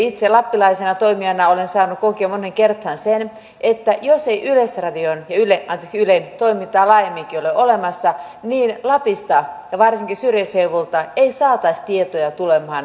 itse lappilaisena toimijana olen saanut kokea moneen kertaan sen että jos ei ylen toimintaa laajemminkin ole olemassa niin lapista ja varsinkin syrjäseuduilta ei saataisi tietoja tulemaan julkisuuteen